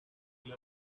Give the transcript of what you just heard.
kill